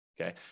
Okay